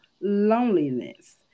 loneliness